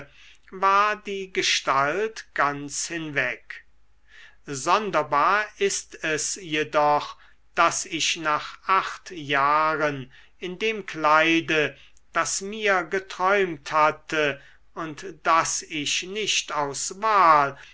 war die gestalt ganz hinweg sonderbar ist es jedoch daß ich nach acht jahren in dem kleide das mir geträumt hatte und das ich nicht aus wahl